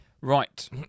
Right